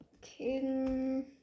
king